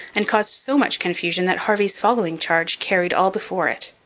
and caused so much confusion that harvey's following charge carried all before it.